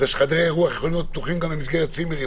כי חדרי אירוח יכולים להיות פתוחים גם במסגרת צימרים,